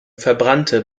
verbrannte